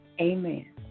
Amen